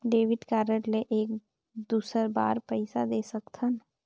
Debit card ले एक दुसर बार पइसा दे सकथन?